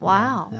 Wow